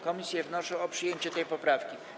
Komisje wnoszą o przyjęcie tej poprawki.